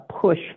push